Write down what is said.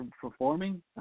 performing